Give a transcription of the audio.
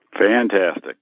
Fantastic